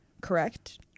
Correct